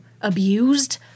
abused